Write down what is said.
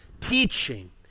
teaching